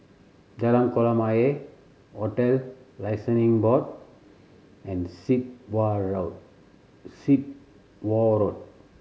Jalan Kolam Ayer Hotel Licensing Board and Sit Wah Road